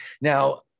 Now